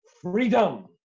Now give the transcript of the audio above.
Freedom